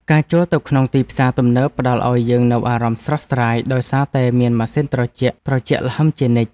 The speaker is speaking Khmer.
ការចូលទៅក្នុងផ្សារទំនើបផ្តល់ឱ្យយើងនូវអារម្មណ៍ស្រស់ស្រាយដោយសារតែមានម៉ាស៊ីនត្រជាក់ត្រជាក់ល្ហឹមជានិច្ច។